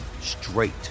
straight